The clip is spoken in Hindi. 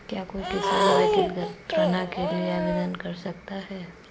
क्या कोई किसान व्यक्तिगत ऋण के लिए आवेदन कर सकता है?